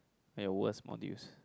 and your worse modules